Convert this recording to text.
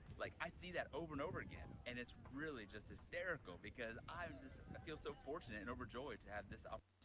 like i see that over and over again and it's really just hysterical because i um feel so fortunate and overjoyed to have this ah